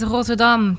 Rotterdam